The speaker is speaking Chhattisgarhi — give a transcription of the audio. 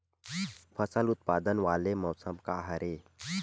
फसल उत्पादन वाले मौसम का हरे?